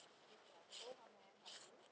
so